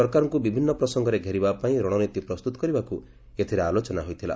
ସରକାରଙ୍କୁ ବିଭିନ୍ନ ପ୍ରସଙ୍ଗରେ ଘେରିବା ପାଇଁ ରଣନୀତି ପ୍ରସ୍ତୁତ କରିବାକୁ ଏଥିରେ ଆଲୋଚନା ହୋଇଥିଲା